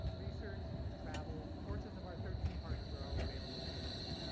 research, travel, courses of our thirteen partners are all available to you.